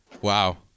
Wow